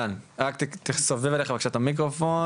אז לסוחר אנחנו מדברים על סביבות ה-100 שקל לסוחרים,